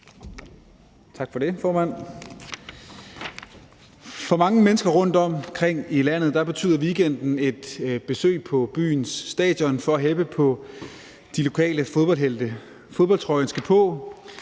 Tak for det, formand. For mange mennesker rundtomkring i landet betyder weekenden et besøg på byens stadion for at heppe på de lokale fodboldhelte. Fodboldtrøjen skal på,